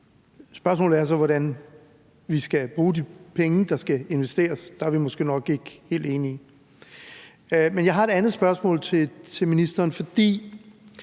Spørgsmålet er så, hvordan vi skal bruge de penge, der skal investeres. Der er vi måske nok ikke helt enige. Men jeg har et andet spørgsmål til ministeren. For